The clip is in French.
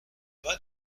pas